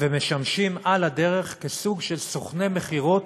ומשמשים על הדרך כסוג של סוכני מכירות